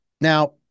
Now